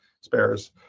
spares